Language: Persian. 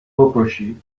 بکشی